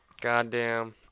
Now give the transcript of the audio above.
Goddamn